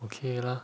okay lah